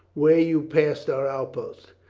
where you passed our outposts?